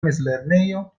mezlernejo